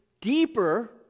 deeper